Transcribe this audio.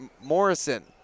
Morrison